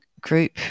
group